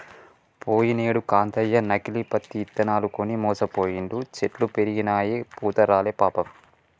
పోయినేడు కాంతయ్య నకిలీ పత్తి ఇత్తనాలు కొని మోసపోయిండు, చెట్లు పెరిగినయిగని పూత రాలే పాపం